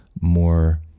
more